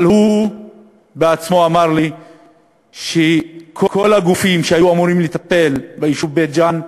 אבל הוא בעצמו אמר לי שכל הגופים שהיו אמורים לטפל ביישוב בית-ג'ן נענו,